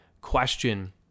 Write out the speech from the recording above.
question